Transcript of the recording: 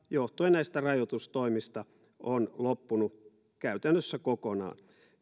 johtuen näistä rajoitustoimista on loppunut käytännössä kokonaan